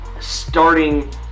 starting